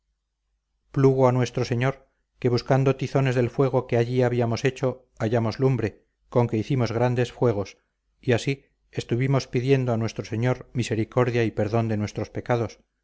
plugo a nuestro señor que buscando tizones del fuego que allí habíamos hecho hallamos lumbre con que hicimos grandes fuegos y así estuvimos pidiendo a nuestro señor misericordia y perdón de nuestros pecados